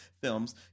films